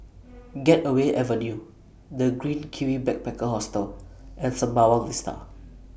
Gateway Avenue The Green Kiwi Backpacker Hostel and Sembawang Vista